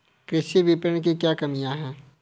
कृषि विपणन की क्या कमियाँ हैं?